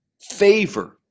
favor